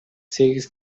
сегиз